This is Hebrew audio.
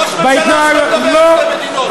ראש הממשלה שלך מדבר על שתי מדינות, לא.